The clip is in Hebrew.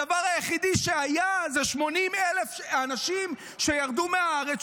הדבר היחיד שהיה הוא 80,000 אנשים שירדו מהארץ,